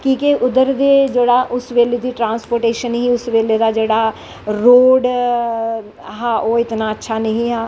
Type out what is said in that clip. कि के उध्दर दी असलै जेह्ड़ी ट्रांस्पोटेशन ही उस बेल्ले दा जेह्ड़ा रोड़ हा ओह् इतनां अच्छा नी हा